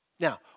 Now